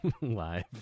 live